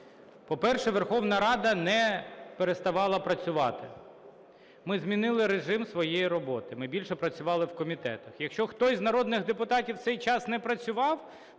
по-перше, Верховна Рада не переставала працювати. Ми змінили режим своєї роботи, ми більше працювали в комітетах. Якщо хтось з народних депутатів в цей час не працював,